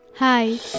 Hi